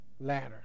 ladder